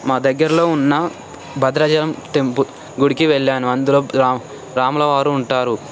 మా దగ్గరలో ఉన్న భద్రాచలం టెంపుల్ గుడికి వెళ్లాను అందులో రామ్ రాములవారు ఉంటారు